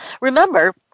remember